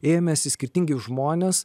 ėmėsi skirtingi žmonės